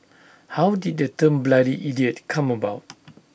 how did the term bloody idiot come about